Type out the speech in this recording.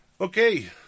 Okay